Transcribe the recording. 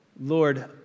Lord